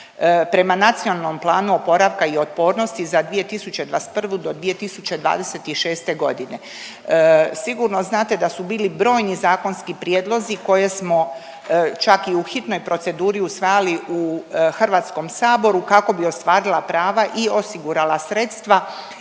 prema Nacionalnom planu oporavka i otpornosti za 2021. do 2026. godine. Sigurno znate da su bili brojni zakonski prijedlozi koje smo čak i u hitnoj proceduri usvajali u Hrvatskom saboru kako bi ostvarila prava i osigurala sredstva